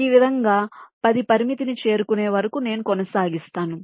ఈ విధంగా 10 పరిమితిని చేరుకునే వరకు నేను కొనసాగిస్తాను